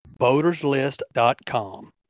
boaterslist.com